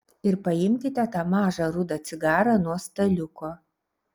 ir paimkite tą mažą rudą cigarą nuo staliuko